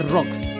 Rocks (>>